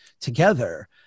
together